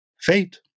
fate